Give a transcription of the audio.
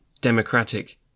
democratic